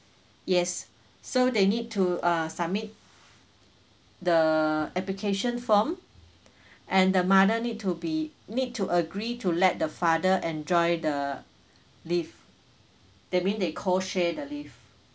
yes so they need to ah submit the application form and the mother need to be need to agree to let the father enjoy the leave that mean they co share the leave